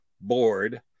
Bored